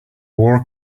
war